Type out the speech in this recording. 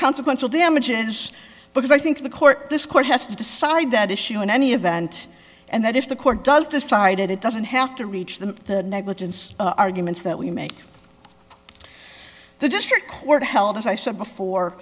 consequential damages because i think the court this court has to decide that issue in any event and that if the court does decided it doesn't have to reach the negligence arguments that we make the district court held as i said before